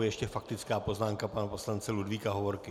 Ještě faktická poznámka pana poslance Ludvíka Hovorky.